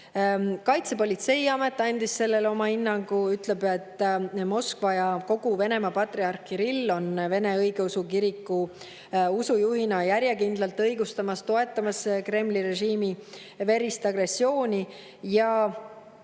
Kaitsepolitseiamet andis sellele oma hinnangu ja ütleb, et Moskva ja kogu Venemaa patriarh Kirill on vene õigeusu kiriku usujuhina järjekindlalt õigustamas ja toetamas Kremli režiimi verist agressiooni.